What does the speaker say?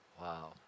Wow